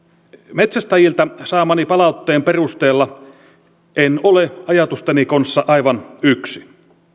metsästäjiltä saamani palautteen perusteella en ole ajatusteni kanssa aivan yksin